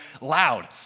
loud